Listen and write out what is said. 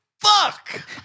Fuck